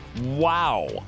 Wow